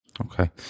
Okay